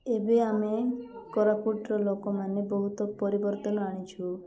ଏବେ ଆମେ କୋରାପୁଟର ଲୋକମାନେ ବହୁତ ପରିବର୍ତ୍ତନ ଆଣିଛୁ